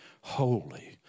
holy